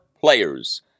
players